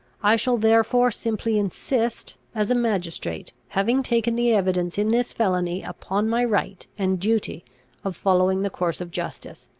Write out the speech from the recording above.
i shall therefore simply insist as a magistrate, having taken the evidence in this felony, upon my right and duty of following the course of justice,